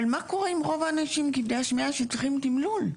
אבל מה קורה עם רוב האנשים כבדי השמיעה שצריכים תמלול,